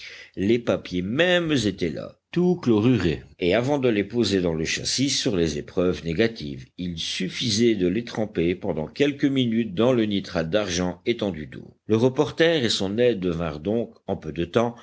les papiers mêmes étaient là tout chlorurés et avant de les poser dans le châssis sur les épreuves négatives il suffisait de les tremper pendant quelques minutes dans le nitrate d'argent étendu d'eau le reporter et son aide devinrent donc en peu de temps